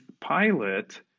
pilot